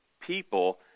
people